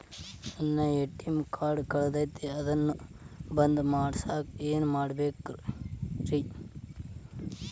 ನನ್ನ ATM card ಕಳದೈತ್ರಿ ಅದನ್ನ ಬಂದ್ ಮಾಡಸಾಕ್ ಏನ್ ಮಾಡ್ಬೇಕ್ರಿ?